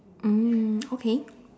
mm okay